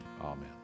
Amen